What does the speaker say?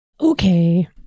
Okay